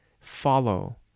follow